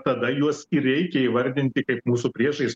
tada juos ir reikia įvardinti kaip mūsų priešais